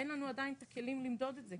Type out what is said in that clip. אין לנו עדיין את הכלים למדוד את זה.